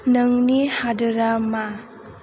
नोंनि हादोरा मा